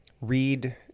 read